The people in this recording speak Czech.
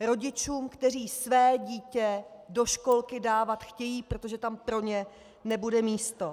rodičům, kteří své dítě do školky dávat chtějí, protože tam pro ně nebude místo.